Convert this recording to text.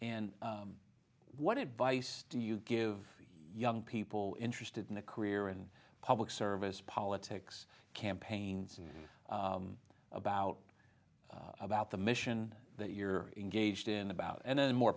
and what it vice do you give young people interested in a career in public service politics campaigns and about about the mission that you're engaged in about and then more